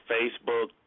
Facebook